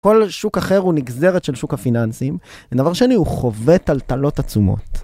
כל שוק אחר הוא נגזרת של שוק הפיננסים, ודבר שני, הוא חווה טלטלות עצומות.